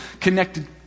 connected